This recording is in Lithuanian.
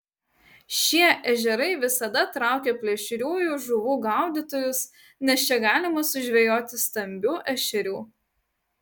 šie ežerai visada traukia plėšriųjų žuvų gaudytojus nes čia galima sužvejoti stambių ešerių